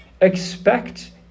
Expect